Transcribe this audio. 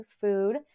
food